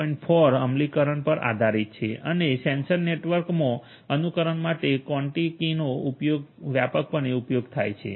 4 અમલીકરણ પર આધારિત છે અને સેન્સર નેટવર્કમાં અનુકરણ માટે કોન્ટીકીનો વ્યાપકપણે ઉપયોગ થાય છે